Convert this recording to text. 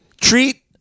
Treat